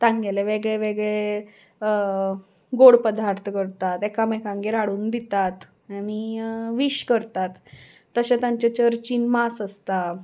तांगेले वेगळे वेगळे गोड पदार्थ करतात एकामेकांगेर हाडून दितात आनी विश करतात तशें तांचे चर्चीन मास आसता